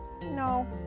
No